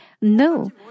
No